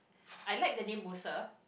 I like the name Musa